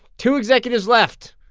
two executives left.